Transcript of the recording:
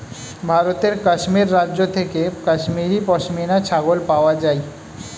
ভারতের কাশ্মীর রাজ্য থেকে কাশ্মীরি পশমিনা ছাগল পাওয়া যায়